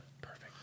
Perfect